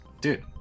Dude